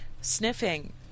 Sniffing